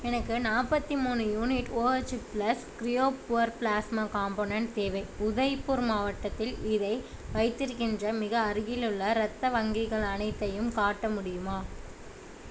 எனக்கு நாற்பத்தி மூணு யூனிட் ஓஹச் plus cryo poor plasma component தேவை உதய்பூர் மாவட்டத்தில் இதை வைத்திருக்கின்ற மிக அருகிலுள்ள இரத்த வங்கிகள் அனைத்தையும் காட்ட முடியுமா